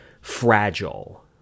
fragile